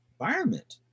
environment